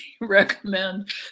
recommend